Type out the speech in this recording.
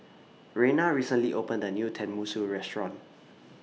Reina recently opened A New Tenmusu Restaurant